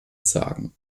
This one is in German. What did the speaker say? sagen